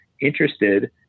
interested